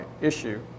issue